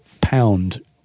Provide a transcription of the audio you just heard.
pound